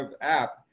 app